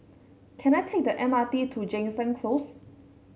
can I take the M R T to Jansen Close